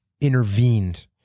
intervened